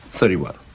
Thirty-one